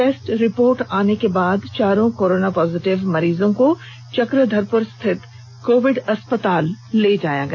test report आने के बाद सभी चारों कोरोना पॉजिटिव मरीजों को चक्रधरपुर स्थित कोविड अस्पताल ले जाया गया